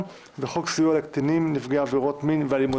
לפעוטות וחוק סיוע לקטינים נפגעי עבירות מין ואלימות.